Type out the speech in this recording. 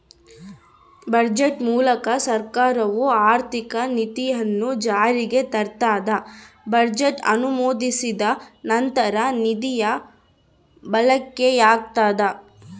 budget ಮೂಲಕ ಸರ್ಕಾರವು ಆರ್ಥಿಕ ನೀತಿಯನ್ನು ಜಾರಿಗೆ ತರ್ತದ ಬಜೆಟ್ ಅನುಮೋದಿಸಿದ ನಂತರ ನಿಧಿಯ ಬಳಕೆಯಾಗ್ತದ